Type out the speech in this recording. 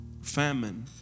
Famine